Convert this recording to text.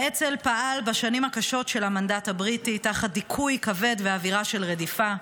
האצ"ל פעל בשנים הקשות של המנדט הבריטי תחת דיכוי כבד ואווירה של רדיפה,